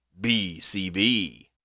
bcb